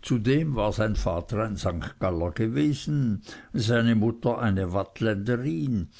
zudem war sein vater ein st galler gewesen seine mutter eine waadtländerin